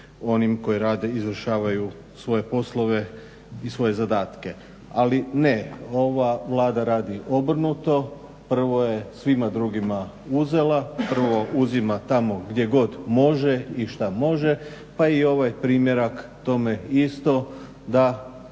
običnim kojima rade, izvršavaju svoje poslove i svoje zadatke. Ali ne ova Vlada radi obrnuto, prvo je svima drugima uzela, prvo uzima tamo gdje god može i šta može pa i ovaj primjerak tome isto da